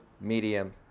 medium